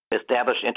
established